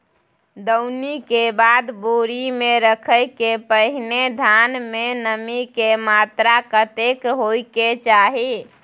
दौनी के बाद बोरी में रखय के पहिने धान में नमी के मात्रा कतेक होय के चाही?